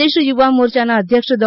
પ્રદેશ યુવા મોરયાના અધ્યક્ષ ડો